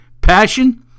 Passion